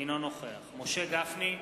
אינו נוכח משה גפני,